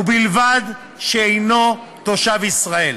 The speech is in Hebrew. ובלבד שהנו תושב ישראל.